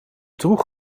droeg